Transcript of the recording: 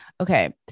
okay